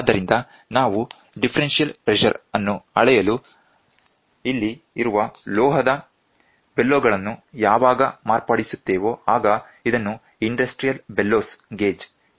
ಆದ್ದರಿಂದ ನಾವು differential pressure ಅನ್ನು ಅಳೆಯಲು ಇಲ್ಲಿ ಇರುವ ಲೋಹದ ಬೆಲೊಗಳನ್ನು ಯಾವಾಗ ಮಾರ್ಪಡಿಸುತ್ತೇವೋ ಆಗ ಇದನ್ನು ಇಂಡಸ್ಟ್ರಿಯಲ್ ಬೆಲೋಸ್ ಗೇಜ್ ಎಂದೂ ಕರೆಯಲಾಗುತ್ತದೆ